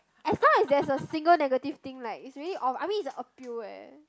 I thought there's a single negative thing like is really ob~ I mean is a appeal eh